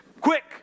quick